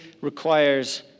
requires